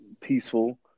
peaceful